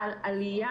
עלייה